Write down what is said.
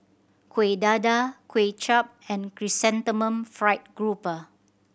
Kuih Dadar Kuay Chap and Chrysanthemum Fried Grouper